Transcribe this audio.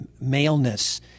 maleness